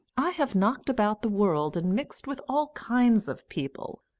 i have knocked about the world and mixed with all kinds of people.